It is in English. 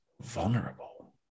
vulnerable